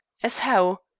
as how?